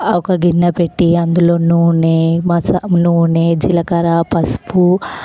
ఒక గిన్నె పెట్టి అందులో నూనె మసా నూనె జిలకర్ర పసుపు